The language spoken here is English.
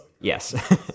yes